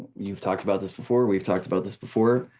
you've talked about this before, we've talked about this before.